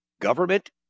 Government